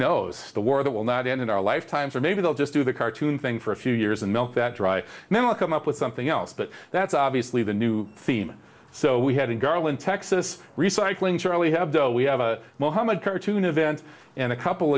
knows the war that will not end in our lifetimes or maybe they'll just do the cartoon thing for a few years and milk that dry and then we'll come up with something else but that's obviously the new theme so we had in garland texas recycling charlie hebdo we have a mohammad cartoon event and a couple